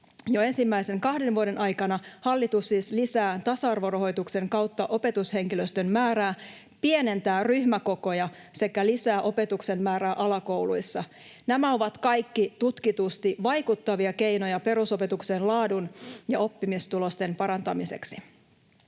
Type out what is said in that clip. Jo ensimmäisen kahden vuoden aikana hallitus siis lisää tasa-arvorahoituksen kautta opetushenkilöstön määrää, pienentää ryhmäkokoja sekä lisää opetuksen määrää alakouluissa. Nämä ovat kaikki tutkitusti vaikuttavia keinoja perusopetuksen laadun ja oppimistulosten parantamiseksi.